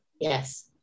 Yes